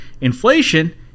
inflation